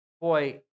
boy